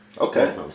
Okay